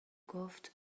گفت